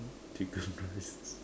chicken rice